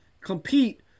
compete